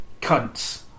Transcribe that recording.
cunts